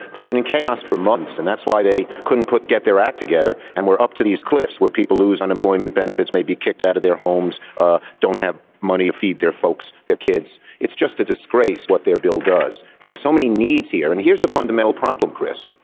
they've been in chaos for months and that's why they couldn't put get their act together and we're up to these cliffs where people lose unemployment benefits may be kicked out of their homes ah don't have money feed their folks, their kids. it's just a disgrace what their bill does. there are so many needs here and here's the fundamental problem chris,